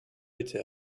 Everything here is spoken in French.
était